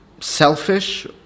selfish